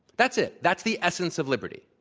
that's it. that's the essence of liberty.